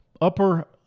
upper